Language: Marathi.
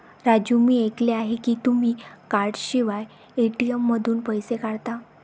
राजू मी ऐकले आहे की तुम्ही कार्डशिवाय ए.टी.एम मधून पैसे काढता